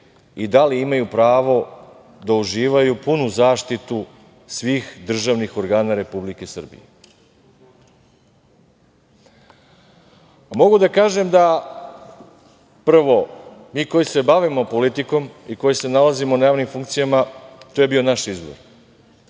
i da li imaju pravo da uživaju punu zaštitu svih državnih organa Republike Srbije? Mogu da kažem da, prvo, mi koji se bavimo politikom i koji se nalazimo na javnim funkcijama, je to bio naš izbor.